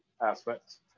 aspects